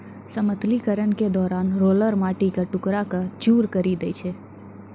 समतलीकरण के दौरान रोलर माटी क टुकड़ा क चूर करी दै छै